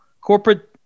Corporate